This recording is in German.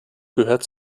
gehört